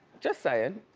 just sayin'.